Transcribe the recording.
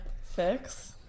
fix